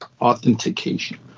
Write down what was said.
Authentication